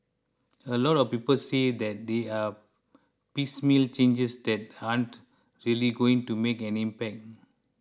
a lot of people say that they are piecemeal changes that aren't really going to make an impact